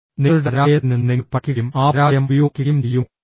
നിങ്ങളുടെ പരാജയത്തിൽ നിന്ന് നിങ്ങൾ പഠിക്കുകയും ആ പരാജയം ഉപയോഗിക്കുകയും ചെയ്യുമോ